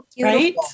right